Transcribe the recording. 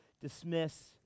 dismiss